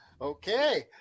Okay